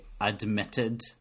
admitted